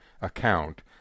account